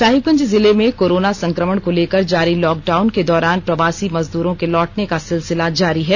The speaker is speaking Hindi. साहिबगंज जिले में कोरोना संक्रमण को लेकर जारी लॉक डाउन के दौरान प्रवासी मजदूरों को लौटने का सिलसिला जारी है